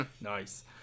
nice